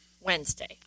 Wednesday